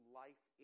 life